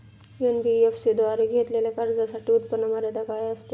NBFC द्वारे घेतलेल्या कर्जासाठी उत्पन्न मर्यादा काय असते?